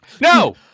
No